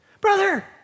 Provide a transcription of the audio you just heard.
brother